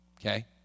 Okay